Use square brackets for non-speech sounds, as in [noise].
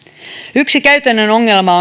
yksi käytännön ongelma [unintelligible]